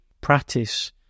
practice